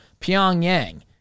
Pyongyang